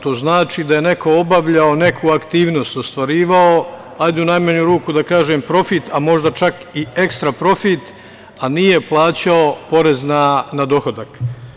To znači da je neko obavljao neku aktivnost, ostvarivao, u najmanju ruku da kažem, profit, a možda čak i ekstra profit, a nije plaćao porez na dohodak.